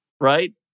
right